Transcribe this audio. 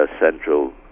central